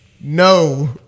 no